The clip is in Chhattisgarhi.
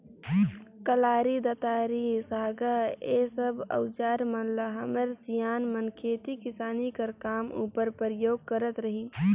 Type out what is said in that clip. कलारी, दँतारी, साँगा ए सब अउजार मन ल हमर सियान मन खेती किसानी कर काम उपर परियोग करत रहिन